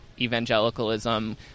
evangelicalism